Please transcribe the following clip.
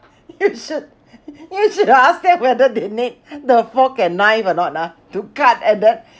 you should you should ask them whether they need the fork and knife or not ah to cut at the